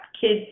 kids